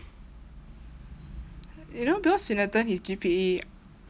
you know because swinathan his G_P_A